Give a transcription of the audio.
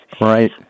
Right